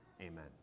Amen